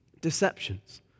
deceptions